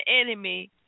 enemy